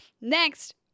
Next